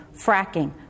fracking